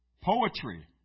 Poetry